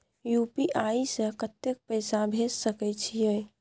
UPI से कत्ते पैसा भेज सके छियै?